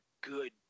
good